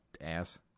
ass